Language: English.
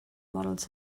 models